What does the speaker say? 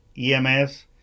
EMS